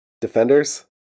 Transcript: Defenders